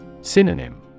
Synonym